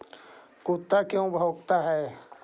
कुत्ता क्यों भौंकता है?